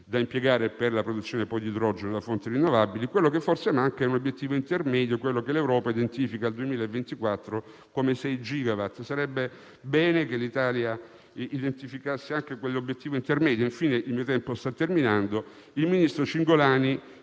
da impiegare per la produzione di idrogeno da fonti rinnovabili. Quello che forse manca è un obiettivo intermedio, quello che l'Europa identifica, nel 2024, come 6 gigawatt. Sarebbe bene che l'Italia identificasse anche quell'obiettivo intermedio. Infine, il ministro Cingolani